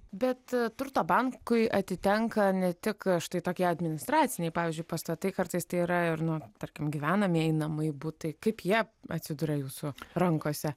bet turto bankui atitenka ne tik štai tokie administraciniai pavyzdžiui pastatai kartais tai yra ir nu tarkim gyvenamieji namai butai kaip jie atsiduria jūsų rankose